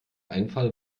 einfall